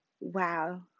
wow